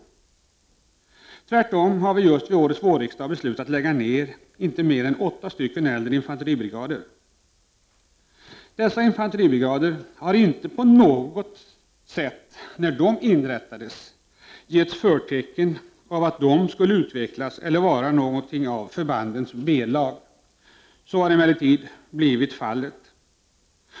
Vid årets vårriksdag har vi tvärtom beslutat att lägga ner inte mindre än åtta äldre infanteribrigader. När dessa infanteribrigader inrättades gavs inget förtecken om att de skulle vara eller utvecklas till förbandens B-lag. Så har emellertid blivit fallet.